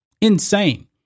Insane